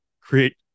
create